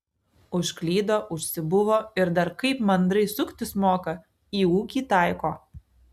užklydo užsibuvo ir dar kaip mandrai suktis moka į ūkį taiko